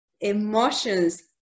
emotions